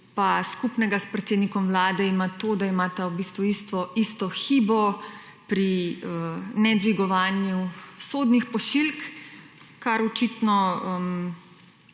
pa skupnega s predsednikom Vlade ima to, da imata v bistvu isto hibo pri ne dvigovanju sodnih pošiljk, kar očitno